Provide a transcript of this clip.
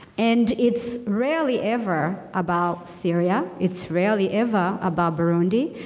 and it's rarely ever about syria. it's rarely ever about burundi.